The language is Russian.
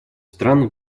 страны